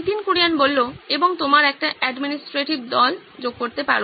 নীতিন কুরিয়ান এবং তোমার একটা অ্যাডমিনিস্ট্রেটিভ দল যোগ করতে পারো